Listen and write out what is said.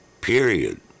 Period